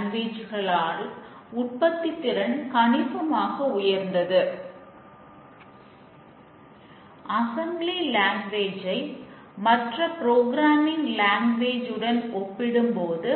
ஒரு வழி என்னவென்றால் தோல்வி குறையும் போது